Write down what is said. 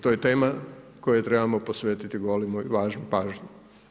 To je tema kojoj trebamo posvetiti golemu i važnu pažnju.